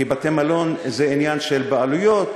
כי בתי-מלון זה עניין של בעלויות,